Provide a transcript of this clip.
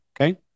Okay